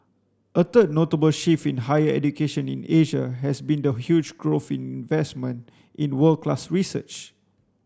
a third notable shift in higher education in Asia has been the huge growth in investment in world class research